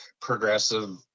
progressive